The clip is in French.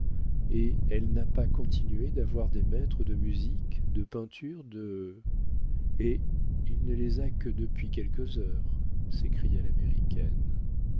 et elle n'a pas continué d'avoir des maîtres de musique de peinture de eh il ne les a que depuis quelques heures s'écria l'américaine